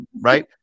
right